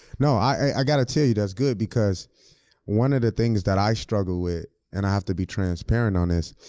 no, i gotta tell you, that's good, because one of the things that i struggle with, and i have to be transparent on this,